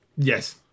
Yes